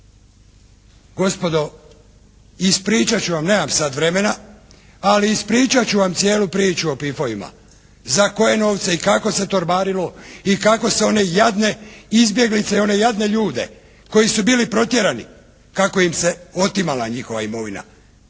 Gospodo, ispričat ću vam, nemam sad vremena, ali ispričat ću vam cijelu priču o PIF-ovima, za koje novce i kako se torbarilo i kako se one jadne izbjeglice i one jadne ljude koji su bili protjerani, kako im se otimala njihova imovina